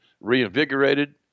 reinvigorated